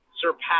surpass